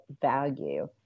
value